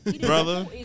brother